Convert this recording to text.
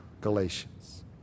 Galatians